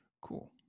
Cool